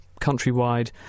countrywide